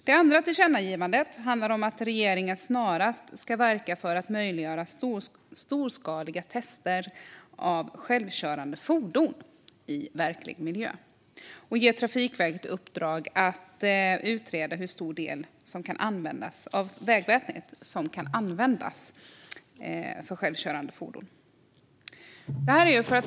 Det andra tillkännagivandet handlar om att regeringen snarast ska verka för att möjliggöra storskaliga tester av självkörande fordon i verklig miljö och ge Trafikverket i uppdrag att utreda hur stor del av vägnätet som kan användas av självkörande fordon.